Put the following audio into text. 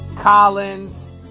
Collins